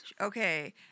Okay